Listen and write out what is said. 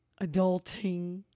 adulting